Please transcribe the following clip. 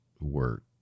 work